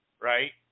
Right